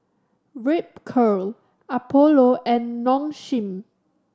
Ripcurl Apollo and Nong Shim